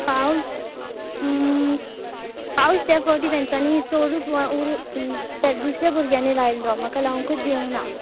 पावस पावस त्या फावटी तेंच्यानी चडूत त्या दुसऱ्या भुरग्यांनी लायल्लो म्हाका लावंकूच दिवंकना